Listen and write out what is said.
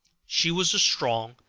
she was a strong,